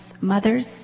mothers